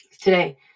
Today